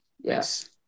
Yes